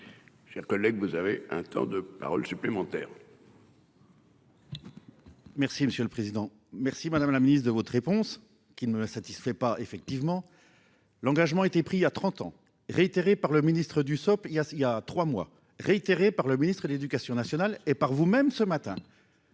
J'collègue, vous avez un temps de parole supplémentaires. Merci monsieur le président. Merci, madame la Ministre, de votre réponse qui ne la satisfait pas effectivement. L'engagement a été pris à 30 ans réitérée par le Ministre Dussopt il y a il y a 3 mois réitérée par le ministre et l'éducation nationale et par vous-même ce matin.